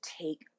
take